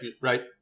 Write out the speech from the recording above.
right